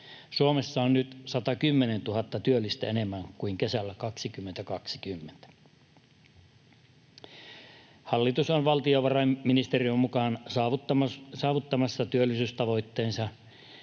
Suomessa on nyt 110 000 työllistä enemmän kuin kesällä 2020. Hallitus on valtiovarainministeriön mukaan saavuttamassa työllisyystavoitteensa.